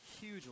huge